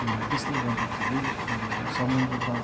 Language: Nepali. त्यसले गर्दाखेरि समुद्रतट